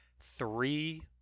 three